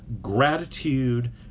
gratitude